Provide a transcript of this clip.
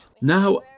Now